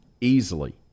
Easily